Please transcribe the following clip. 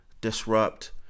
disrupt